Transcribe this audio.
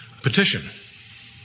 petition